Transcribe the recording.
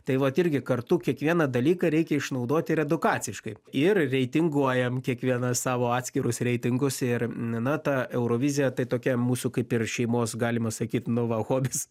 tai vat irgi kartu kiekvieną dalyką reikia išnaudoti ir edukaciškai ir reitinguojam kiekvienas savo atskirus reitingus ir na ta eurovizija tai tokia mūsų kaip ir šeimos galima sakyt nu va hobis